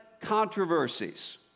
controversies